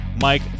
mike